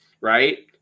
right